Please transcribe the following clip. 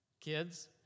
kids